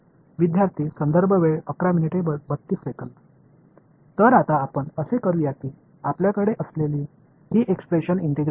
तर आता आपण असे करूया की आपल्याकडे असलेली ही एक्सप्रेशन इंटिग्रेट करू